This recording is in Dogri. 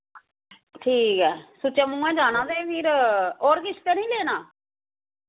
ठीक ऐ सुच्चे मुहैं जाना ते फिर और किश ते नी लेना